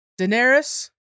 Daenerys